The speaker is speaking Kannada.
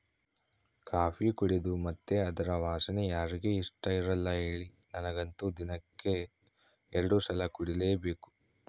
ಕಾಫಿ ಕುಡೇದು ಮತ್ತೆ ಅದರ ವಾಸನೆ ಯಾರಿಗೆ ಇಷ್ಟಇರಲ್ಲ ಹೇಳಿ ನನಗಂತೂ ದಿನಕ್ಕ ಎರಡು ಸಲ ಕುಡಿಲೇಬೇಕು